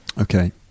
Okay